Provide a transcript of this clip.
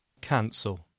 Cancel